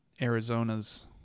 Arizona's